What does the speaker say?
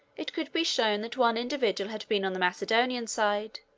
it could be shown that one individual had been on the macedonian side,